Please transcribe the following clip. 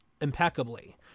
impeccably